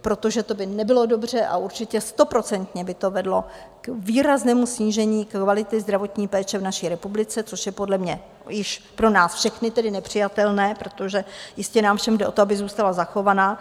Protože to by nebylo dobře a určitě stoprocentně by to vedlo k výraznému snížení kvality zdravotní péče v naší republice, což je podle mě pro nás všechny tedy nepřijatelné, protože jistě nám všem jde o to, aby zůstala zachována.